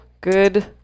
Good